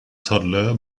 toddler